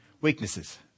weaknesses